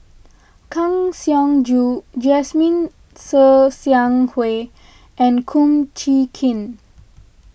Kang Siong Joo Jasmine Ser Xiang Wei and Kum Chee Kin